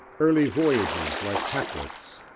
early voyages like hakluyt's,